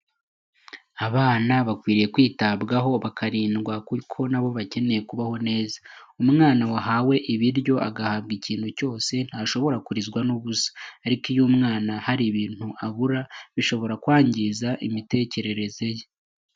Abana bakwiye kwitabwaho, bakarindwa, kuko nabo bakeneye kubaho neza. Umwana wahawe ibiryo agahabwa ikintu cyose, ntashobora kurizwa n'ubusa. ariko iyo umwana hari ibintu abura, bishobora kwangiza imitekerereze ye.